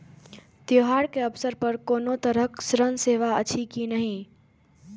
त्योहार के अवसर पर कोनो तरहक ऋण सेवा अछि कि नहिं?